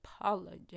apologize